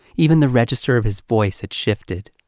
even the register of his voice had shifted.